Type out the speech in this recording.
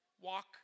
walk